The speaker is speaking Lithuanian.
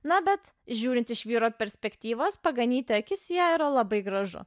na bet žiūrint iš vyro perspektyvos paganyti akis į ją yra labai gražu